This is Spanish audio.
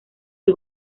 del